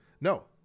No